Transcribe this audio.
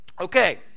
okay